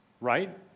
right